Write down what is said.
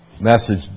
message